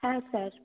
হ্যাঁ স্যার